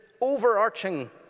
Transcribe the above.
overarching